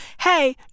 Hey